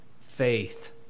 Faith